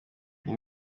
iyi